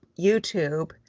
YouTube